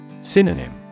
Synonym